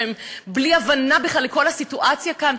שהן בלי הבנה בכלל של כל הסיטואציה כאן,